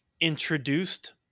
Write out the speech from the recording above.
introduced